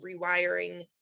rewiring